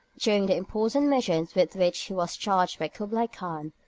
during the important missions with which he was charged by kublai-khan.